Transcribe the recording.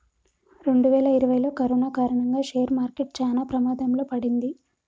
రెండువేల ఇరవైలో కరోనా కారణంగా షేర్ మార్కెట్ చానా ప్రమాదంలో పడింది